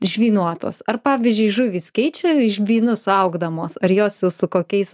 žvynuotos ar pavyzdžiui žuvys keičia žvynus augdamos ar jos jau su kokiais